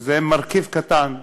זה מרכיב קטן,